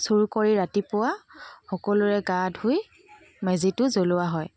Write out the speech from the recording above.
চুৰ কৰি ৰাতিপুৱা সকলোৰে গা ধুই মেজিটো জ্বলোৱা হয়